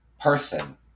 person